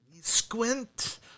squint